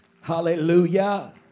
Hallelujah